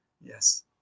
Yes